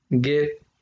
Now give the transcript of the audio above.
get